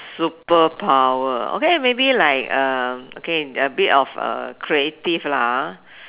superpower okay maybe like um okay a bit of uh creative lah ah